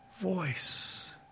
voice